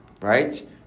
right